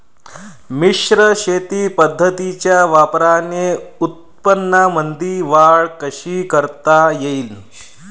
मिश्र शेती पद्धतीच्या वापराने उत्पन्नामंदी वाढ कशी करता येईन?